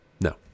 No